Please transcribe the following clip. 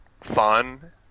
fun